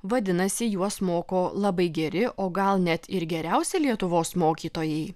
vadinasi juos moko labai geri o gal net ir geriausi lietuvos mokytojai